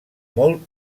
molt